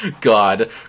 God